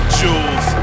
jewels